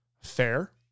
fair